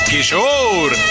Kishore